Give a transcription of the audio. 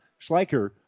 Schleicher